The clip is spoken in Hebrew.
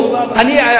אני לא יודע,